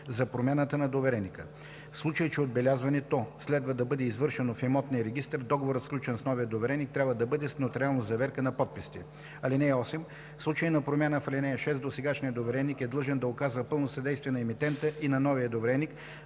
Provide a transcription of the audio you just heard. за промяната на довереника. В случай че отбелязването следва да бъде извършено в имотния регистър, договорът, сключен с новия довереник, трябва да бъде с нотариална заверка на подписите. (8) В случай на промяна по ал. 6, досегашният довереник е длъжен да оказва пълно съдействие на емитента и на новия довереник,